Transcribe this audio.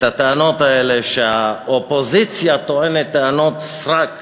את הטענות האלה שהאופוזיציה טוענת טענות סרק